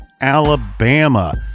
Alabama